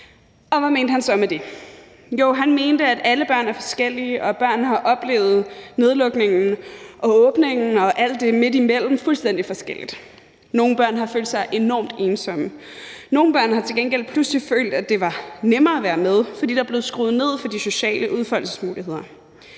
Og hvad mente han så med det? Jo, han mente, at alle børn er forskellige, og at børn har oplevet nedlukningen og åbningen og alt det midt imellem fuldstændig forskelligt. Nogle børn har følt sig enormt ensomme. Nogle børn har til gengæld pludselig følt, at det var nemmere at være med, fordi der blev skruet ned for de sociale udfoldelsesmuligheder.